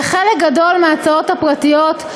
וחלק גדול מההצעות הפרטיות,